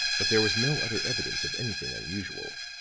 but there was no other evidence of anything unusual.